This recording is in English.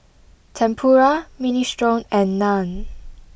Tempura Minestrone and Naan